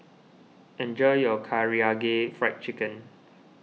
enjoy your Karaage Fried Chicken